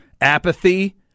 apathy